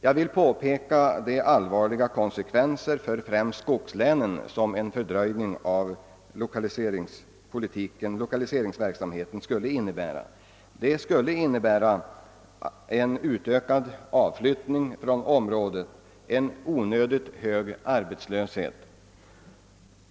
Jag vill peka på de allvarliga konsekvenser för främst skogslänen som en fördröjning av lokaliseringsverksamheten skulle innebära. En sådan skulle medföra en utökad avflyttning från det berörda området och en onödigt hög arbetslöshet.